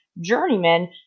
journeyman